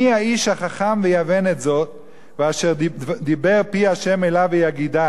"מי האיש החכם ויבן את זאת ואשר דבר פי ה' אליו ויגִדה